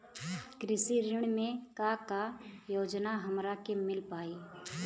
कृषि ऋण मे का का योजना हमरा के मिल पाई?